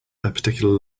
particular